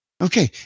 Okay